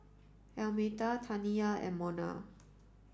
Almeta Taniya and Mona